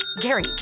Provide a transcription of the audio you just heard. Gary